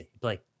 play